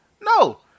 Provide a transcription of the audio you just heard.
No